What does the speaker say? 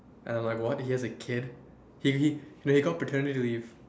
and I'm like what he has a kid he he no he got paternity leave